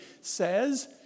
says